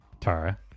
Tara